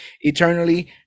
eternally